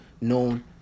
known